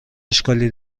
اشکالی